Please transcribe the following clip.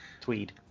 Tweed